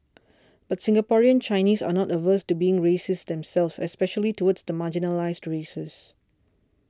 but Singaporean Chinese are not averse to being racist themselves especially towards the marginalised races